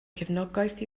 cefnogaeth